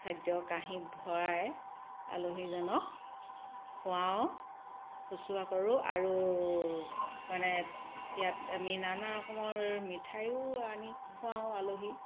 খাদ্য কাঁহী ভৰাই আলহীজনক খোৱাওঁ শুশ্ৰূষা কৰো আৰু মানে ইয়াত আমি নানা ৰকমৰ মিঠাইয়ো আনি খোৱাও আলহীক